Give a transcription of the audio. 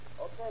Okay